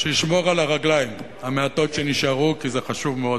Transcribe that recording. שישמור על הרגליים המעטות שנשארו כי זה חשוב מאוד,